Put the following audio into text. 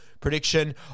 prediction